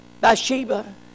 Bathsheba